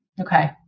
Okay